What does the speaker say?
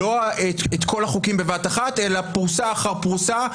לא את כל החוקים בבת אחת, אלא פרוסה אחר פרוסה.